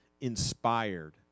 inspired